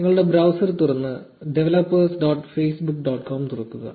നിങ്ങളുടെ ബ്രൌസർ തുറന്ന് developers dot facebook dot com തുറക്കുക